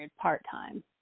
part-time